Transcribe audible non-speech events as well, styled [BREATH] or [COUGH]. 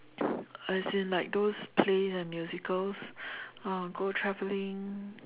[BREATH] as in like those plays and musicals uh go traveling